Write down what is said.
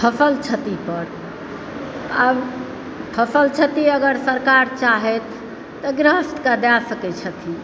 फसल क्षति पर आब फसल क्षति अगर सरकार चाहथि तऽ गृहस्थक दए सकय छथिन